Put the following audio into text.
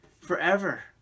forever